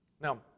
Now